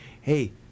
hey